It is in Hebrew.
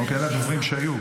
אוקיי, אלה הדוברים שהיו.